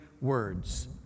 words